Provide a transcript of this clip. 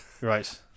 Right